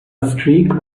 streak